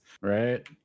Right